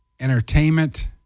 entertainment